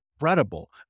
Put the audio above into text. incredible